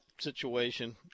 situation